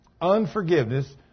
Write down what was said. Unforgiveness